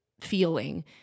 feeling